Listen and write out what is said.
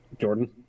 Jordan